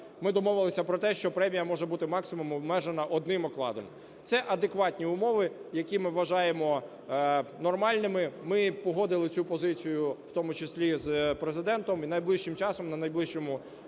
Ми домовилися про те, що премія може бути максимум обмежена одним окладом. Це адекватні умови, які ми вважаємо нормальними. Ми погодили цю позицію в тому числі з Президентом, і найближчим часом на найближчому…